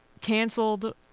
canceled